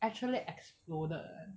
actually exploded leh